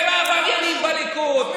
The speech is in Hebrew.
ועבריינים בליכוד,